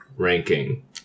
Ranking